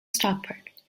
stockport